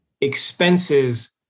expenses